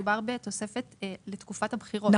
מדובר בתוספת לתקופת הבחירות,